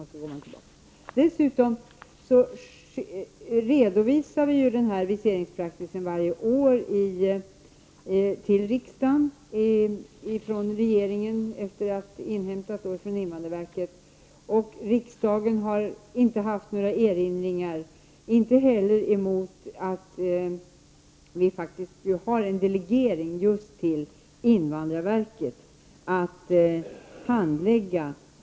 Denna aviseringspraxis redovisas av regeringen för riksdagen varje år efter det att information inhämtas från invandrarverket. Riksdagen har inte haft någon erinran mot detta och inte heller mot att delegering av ärendenas handläggning skett till invandrarverket.